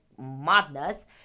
madness